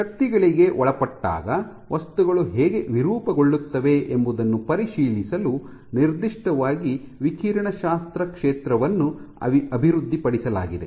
ಶಕ್ತಿಗಳಿಗೆ ಒಳಪಟ್ಟಾಗ ವಸ್ತುಗಳು ಹೇಗೆ ವಿರೂಪಗೊಳ್ಳುತ್ತವೆ ಎಂಬುದನ್ನು ಪರಿಶೀಲಿಸಲು ನಿರ್ದಿಷ್ಟವಾಗಿ ವಿಕಿರಣಶಾಸ್ತ್ರ ಕ್ಷೇತ್ರವನ್ನು ಅಭಿವೃದ್ಧಿಪಡಿಸಲಾಗಿದೆ